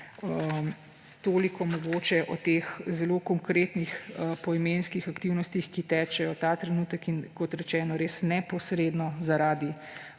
Toliko mogoče o teh zelo konkretnih poimenskih aktivnostih, ki tečejo ta trenutek in, kot rečeno, res neposredno zaradi